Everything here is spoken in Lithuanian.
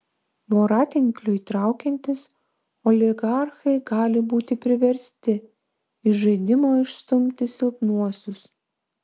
voratinkliui traukiantis oligarchai gali būti priversti iš žaidimo išstumti silpnuosius